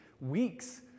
weeks